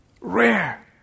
Rare